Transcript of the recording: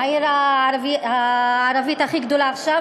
העיר הערבית הכי גדולה עכשיו,